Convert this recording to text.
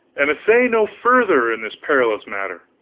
and essay no further in this perilous matter,